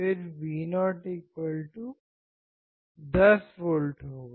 फिर Vo 10 V होगा